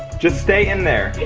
just stay in there.